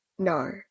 No